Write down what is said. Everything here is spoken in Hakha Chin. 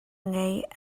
ngeih